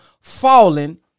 falling